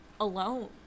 alone